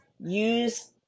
use